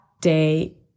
day